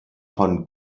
von